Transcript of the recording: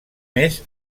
més